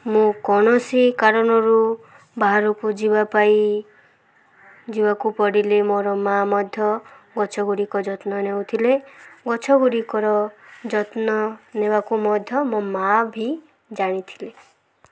ମୁଁ କୌଣସି କାରଣରୁ ବାହାରକୁ ଯିବାପାଇଁ ଯିବାକୁ ପଡ଼ିଲେ ମୋର ମା ମଧ୍ୟ ଗଛଗୁଡ଼ିକ ଯତ୍ନ ନେଉଥିଲେ ଗଛଗୁଡ଼ିକର ଯତ୍ନ ନେବାକୁ ମଧ୍ୟ ମୋ ମା ବି ଜାଣିଥିଲେ